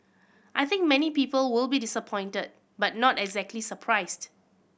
I think many people will be disappointed but not exactly surprised